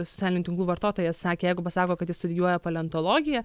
socialinių tinklų vartotojas sakė jeigu pasako kad jis studijuoja paleontologiją